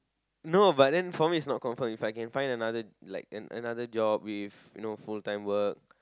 no but then for me is not confirmed If I can find another like another job you know with full time work